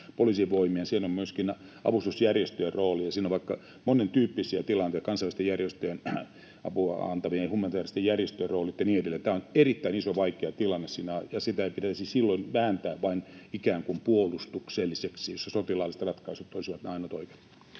on myöskin avustusjärjestöjen rooli, ja siinä on monentyyppisiä tilanteita: kansainvälisten järjestöjen, apua antavien, humanitääristen järjestöjen roolit ja niin edelleen. Tämä on erittäin iso, vaikea tilanne, ja sitä ei pitäisi silloin vääntää ikään kuin vain puolustukselliseksi, jolloin sotilaalliset ratkaisut olisivat ne ainoat oikeat.